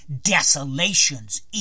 Desolations